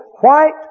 white